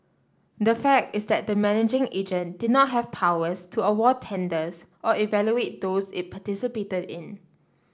the fact is that the managing agent did not have powers to award tenders or evaluate those it participated in